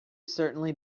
certainly